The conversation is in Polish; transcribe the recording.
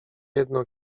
jedno